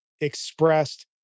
expressed